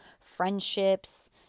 friendships